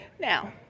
now